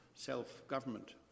self-government